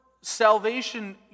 salvation